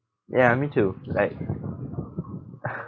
ya me too like